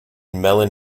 melon